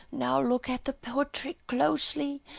now look at the portrait closely,